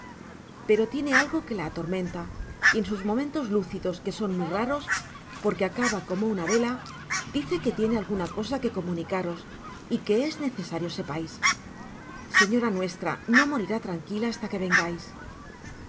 pero tiene algo que la atormenta y en sus momentos lucidos que son muy raros porque acaba como una vela dice que tiene alguna cosa que comunicaros y que es necesario sepais señora nuestra no morirá tranquila hasla que vengais